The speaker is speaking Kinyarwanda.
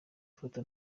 foto